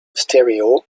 stereo